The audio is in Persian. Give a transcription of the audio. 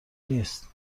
نیست